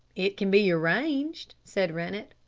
it can be arranged, said rennett.